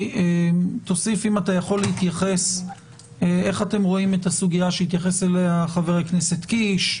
אם איל זנדברג יכול להתייחס לסוגיה שהעלה חבר הכנסת קיש,